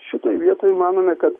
šitoj vietoj manome kad